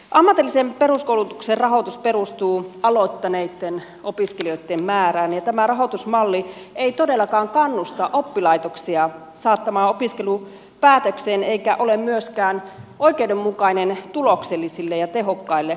ammatillisen peruskoulutuksen rahoitus perustuu aloittaneitten opiskelijoitten määrään ja tämä rahoitusmalli ei todellakaan kannusta oppilaitoksia saattamaan opiskelua päätökseen eikä ole myöskään oikeudenmukainen tuloksellisille ja tehokkaille oppilaitoksille